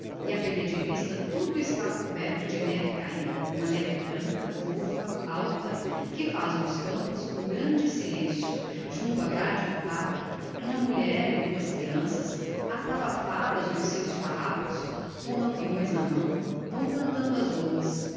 e a perder de vista tudo está coberto da neve cahida uma neve branca fôfa alta que faz nos campos um grande silencio junto á grade do parque uma mulher e duas creanças atabafadas nos seus farrapos com lampeões na mão vão cantando as lôas